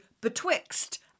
BETWIXT